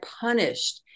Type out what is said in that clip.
punished